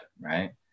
Right